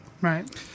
Right